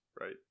right